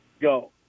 go